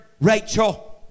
Rachel